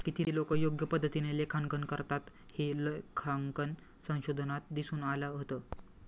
किती लोकं योग्य पद्धतीने लेखांकन करतात, हे लेखांकन संशोधनात दिसून आलं होतं